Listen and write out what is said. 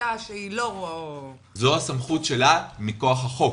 מחליטה שהיא לא --- זו הסמכות שלה מכוח החוק.